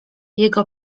jego